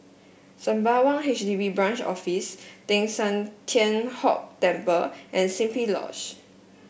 Sembawang H D B Branch Office Teng San Tian Hock Temple and Simply Lodge